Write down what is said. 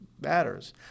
matters